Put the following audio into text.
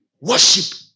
Worship